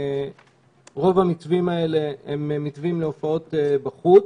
רוב המתווים האלה הם מתווים להופעות בחוץ.